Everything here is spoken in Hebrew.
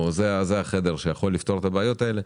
שזה החדר שיכול לפתור את הבעיות האלו.